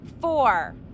four